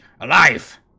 alive